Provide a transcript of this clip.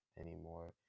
anymore